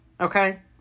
okay